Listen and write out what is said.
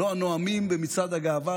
לא הנואמים במצעד הגאווה,